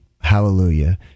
Hallelujah